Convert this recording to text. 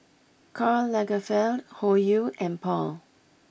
Karl Lagerfeld Hoyu and Paul